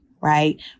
Right